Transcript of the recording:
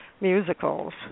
musicals